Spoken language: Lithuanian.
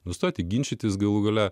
nustoti ginčytis galų gale